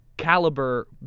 caliber